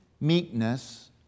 meekness